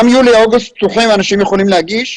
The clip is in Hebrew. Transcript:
גם יולי-אוגוסט פתוחים ואנשים יכולים להגיש.